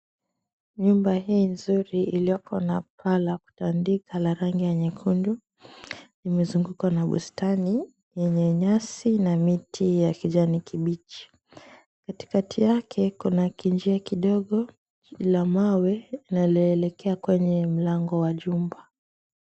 Nyumba hii nzuri ilioko na paa la kutandika la rangi ya nyekundu limezungukwa na bustani yenye nyasi na miti ya kijani kibichi. Katikati yake kuna kinjia kidogo la mawe linaloekea kwenye mlango wa jumba.